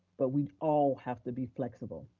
but we all have to be flexible.